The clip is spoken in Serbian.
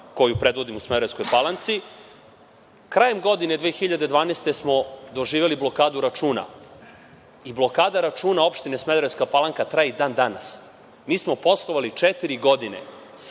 koju predvodim u Smederevskoj Palanci, krajem godine 2012. godine smo doživeli blokadu računa. Blokada računa opštine Smederevska Palanka traje i dan-danas. Mi smo poslovali četiri godine